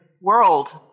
World